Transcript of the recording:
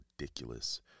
ridiculous